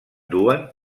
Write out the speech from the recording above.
duen